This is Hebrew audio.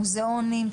מוזיאונים,